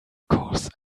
course